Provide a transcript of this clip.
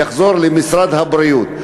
יחזור למשרד הבריאות.